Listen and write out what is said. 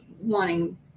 wanting